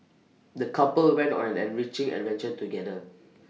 the couple went on an enriching adventure together